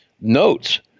notes